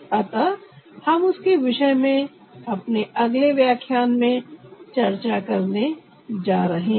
अतः हम उसके विषय में अपने अगले व्याख्यान में चर्चा करने जा रहे हैं